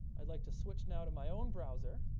i'd like to switch now to my own browser.